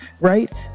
right